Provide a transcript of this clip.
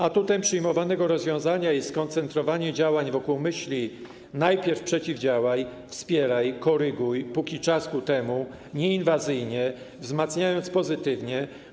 Atutem przyjmowanego rozwiązania jest skoncentrowanie działań wokół myśli: najpierw przeciwdziałaj, wspieraj, koryguj póki czas ku temu, nieinwazyjnie, wzmacniając pozytywnie.